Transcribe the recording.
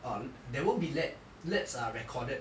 orh there won't be labs labs are recorded